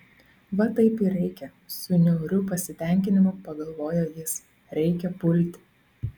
va taip ir reikia su niauriu pasitenkinimu pagalvojo jis reikia pulti